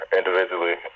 individually